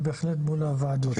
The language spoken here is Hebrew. ובהחלט מול הוועדות.